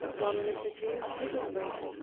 one mr. james gilverthwaite,